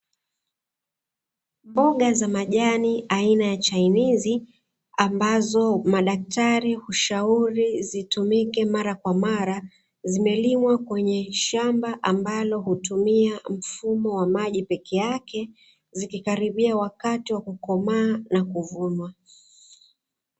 Mboga za majani aina ya chainizi ambazo madaktari hushauri zitumike mara kwa mara, zimelimwa katika shamba ambalo hutumia mfumo wa maji peke yake, zikikaribia wakati wa kukomaa na kuvunwa.